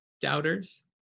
doubters